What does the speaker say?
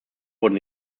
wurde